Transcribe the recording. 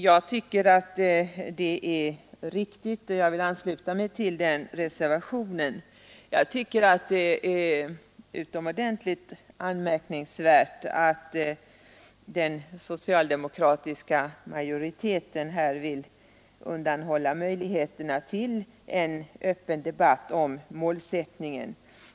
Jag tycker att detta är riktigt och vill ansluta mig till reservationen. Det är utomordentligt anmärkningsvärt att den socialdemokratiska majoriteten vill undanhålla möjligheterna till en öppen debatt om målsättningen.